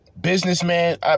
Businessman